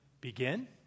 begin